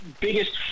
biggest